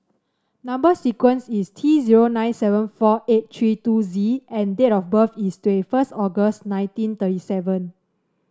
number sequence is T zero nine seven four eight three two Z and date of birth is twenty first August nineteen thirty seven